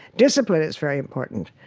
discipline is very important.